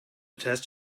test